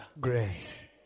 Grace